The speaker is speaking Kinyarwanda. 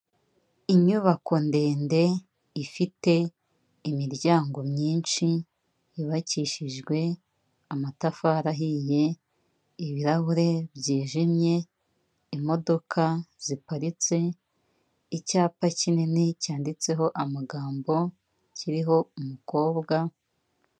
Inyubako ndende ifite imiryango myinshi yubakishijwe amatafari ahiye ibirahure byijimye imodoka ziparitse icyapa kinini cyanditseho amagambo kiriho umukobwa.